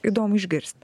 įdomu išgirst